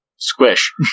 Squish